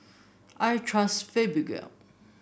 I trust Fibogel